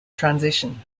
transition